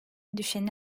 düşeni